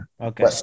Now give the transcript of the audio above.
Okay